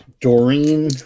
Doreen